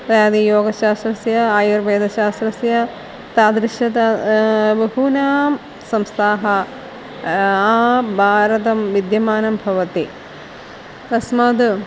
इत्यादि योगशास्त्रस्य आयुर्वेदशास्त्रस्य तादृश त बहूनां संस्थाः भारतं विद्यमानं भवति तस्मात्